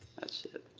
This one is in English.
that's it.